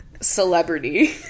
Celebrity